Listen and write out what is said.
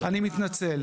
אני מתנצל.